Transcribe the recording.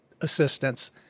assistance